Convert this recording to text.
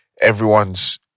everyone's